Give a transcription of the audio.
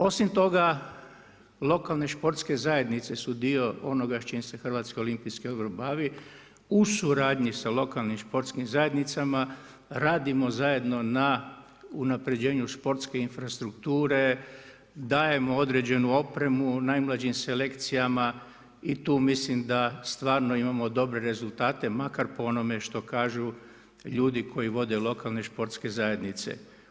Osim toga lokalne športske zajednice su dio onoga s čim se HOO bavi, u suradnji sa lokalnim športskim zajednicama radimo zajedno na unapređenju športske infrastrukture, dajemo određenu opremu najmlađim selekcijama i tu mislim da stvarno imamo dobre rezultate, makar po onome što kažu ljudi koji vode lokalne športske zajednice.